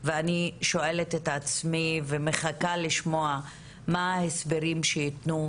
ואני שואלת את עצמי ומחכה לשמוע מה ההסברים שיתנו